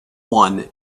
one